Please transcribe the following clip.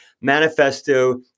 manifesto